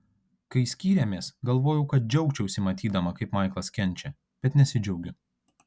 kai skyrėmės galvojau kad džiaugčiausi matydama kaip maiklas kenčia bet nesidžiaugiu